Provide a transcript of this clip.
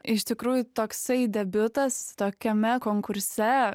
iš tikrųjų toksai debiutas tokiame konkurse